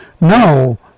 No